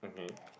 okay